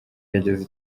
yageze